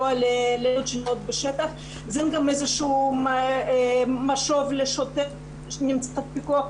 זה גם משוב לשוטר שנמצא בפיקוח,